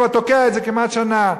כבר תוקע את זה כמעט שנה.